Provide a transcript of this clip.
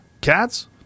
cats